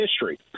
history